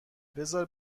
بزار